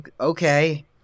Okay